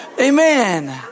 Amen